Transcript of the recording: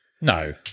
No